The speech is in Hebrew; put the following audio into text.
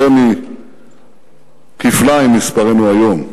יותר מכפליים מספרנו היום,